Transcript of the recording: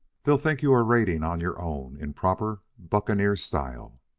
they'll think you are raiding on your own in proper buccaneer style.